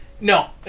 no